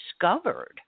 discovered